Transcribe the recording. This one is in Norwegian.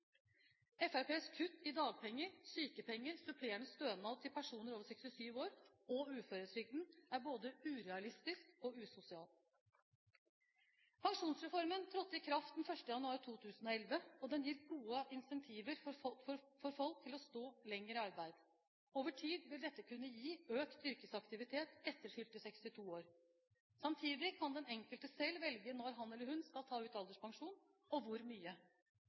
kutt i dagpenger, sykepenger, supplerende stønad til personer over 67 år og uføretrygden er både urealistisk og usosialt. Pensjonsreformen trådte i kraft den 1. januar 2011, og den gir gode incentiver for folk til å stå lenger i arbeid. Over tid vil dette kunne gi økt yrkesaktivitet etter fylte 62 år. Samtidig kan den enkelte selv velge når han eller hun skal ta ut alderspensjon og hvor mye.